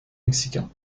mexicains